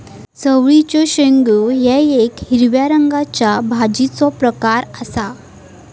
चवळीचे शेंगो हे येक हिरव्या रंगाच्या भाजीचो प्रकार आसा